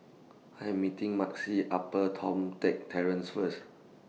I Am meeting Maxie Upper Toh Tuck Terrace First